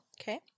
Okay